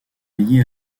liée